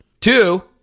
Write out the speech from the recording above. Two